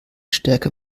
stärker